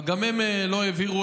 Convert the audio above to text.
אבל גם הם לא העבירו.